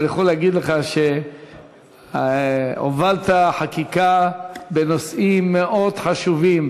ואני יכול להגיד לך שהובלת חקיקה בנושאים מאוד חשובים,